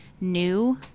New